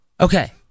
okay